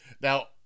now